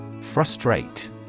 Frustrate